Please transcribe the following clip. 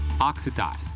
oxidized